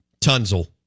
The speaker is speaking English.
Tunzel